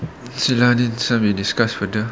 shila next time we discuss further